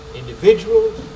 individuals